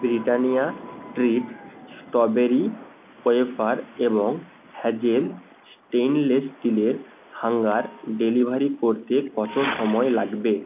Britannia treat strawberry wafer এবং hazel stainless স্টিলের hanger delivery করতে কত সময় লাগবে